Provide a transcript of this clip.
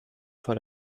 vor